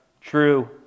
true